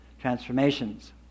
transformations